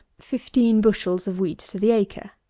fifteen bushels of wheat to the acre.